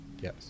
Yes